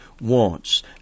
wants